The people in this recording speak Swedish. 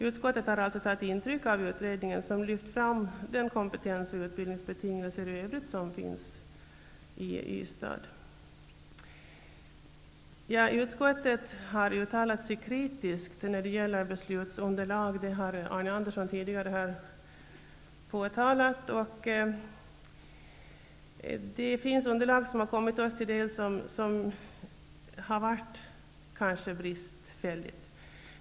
Utskottet har alltså tagit intryck av utredningen, som lyft fram de kompetens och utbildningsbetingelser i övrigt som finns i Ystad. Utskottet har uttalat sig kritiskt när det gäller beslutsunderlaget, som Arne Andersson tidigare har påpekat, och en del har varit bristfälligt.